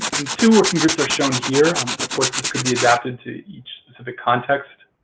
and two working groups are shown here um of course, this could be adapted to each specific context.